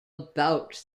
about